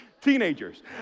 Teenagers